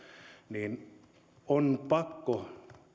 niin on pakko